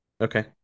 Okay